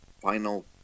final